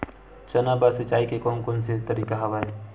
चना बर सिंचाई के कोन कोन तरीका हवय?